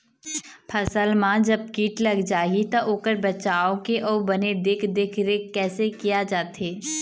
फसल मा जब कीट लग जाही ता ओकर बचाव के अउ बने देख देख रेख कैसे किया जाथे?